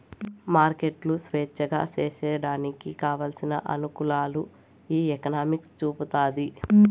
మార్కెట్లు స్వేచ్ఛగా సేసేయడానికి కావలసిన అనుకూలాలు ఈ ఎకనామిక్స్ చూపుతాది